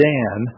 Dan